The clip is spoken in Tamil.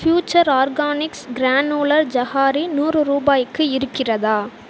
ஃப்யூச்சர் ஆர்கானிக்ஸ் கிரானுலர் ஜாகரி நூறு ரூபாய்க்கு இருக்கிறதா